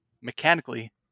mechanically